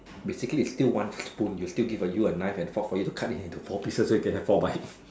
basically is still one spoon they still give you a knife and fork so you can cut it into four pieces so you can have our bite